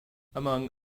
among